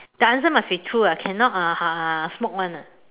the answer must be true ah cannot uh smoke [one] ah